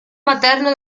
materno